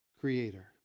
creator